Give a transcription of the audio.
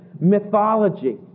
mythology